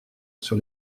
sur